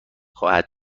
خواهد